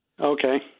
Okay